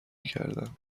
کردم